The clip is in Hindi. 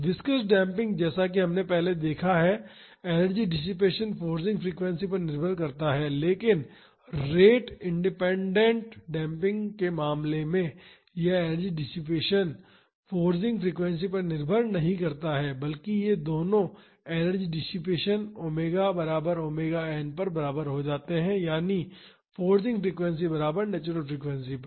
विस्कॉस डेम्पिंग जैसा कि हमने पहले सीखा है एनर्जी डिसिपेसन फोर्सिंग फ्रीक्वेंसी पर निर्भर करता है लेकिन रेट इंडिपेंडेंट डेम्पिंग के मामले में यह एनर्जी डिसिपेसन फोर्सिंग फ्रीक्वेंसी पर निर्भर नहीं करता है बल्कि ये दोनो एनर्जी डिसिपेसन ओमेगा बराबर ओमेगा एन पर बराबर हो जाते है यानी फोर्सिंग फ्रीक्वेंसी बराबर नेचुरल फ्रीक्वेंसी पर